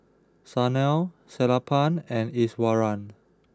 Sanal Sellapan and Iswaran